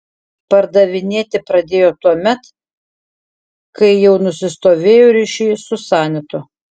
pardavinėti pradėjo tuomet kai jau nusistovėjo ryšiai su sanitu